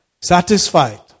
satisfied